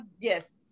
yes